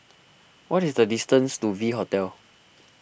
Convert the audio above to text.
what is the distance to V Hotel